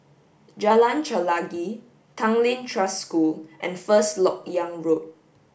Jalan Chelagi Tanglin Trust School and First Lok Yang Road